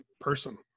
person